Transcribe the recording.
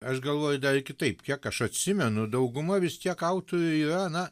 aš galvoju dar kitaip kiek aš atsimenu dauguma vis tiek autorių yra na